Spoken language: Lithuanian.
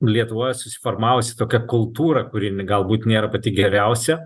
lietuvoj susiformavusi tokia kultūra kuri galbūt nėra pati geriausia